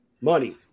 Money